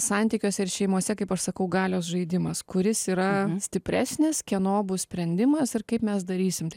santykiuose ir šeimose kaip aš sakau galios žaidimas kuris yra stipresnis kieno bus sprendimas ir kaip mes darysim